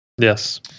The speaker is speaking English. Yes